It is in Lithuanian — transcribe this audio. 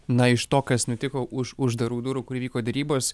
na iš to kas nutiko už uždarų durų kur vyko derybos